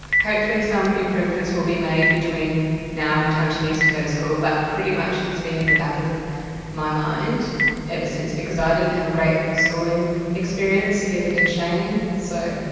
hopefully some improvements will be made between now and the time she needs to go to school. but pretty much it's been in the back of my mind ever since, because i didn't have a great schooling experience, either did shane, so,